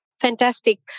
Fantastic